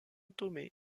tomé